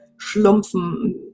schlumpfen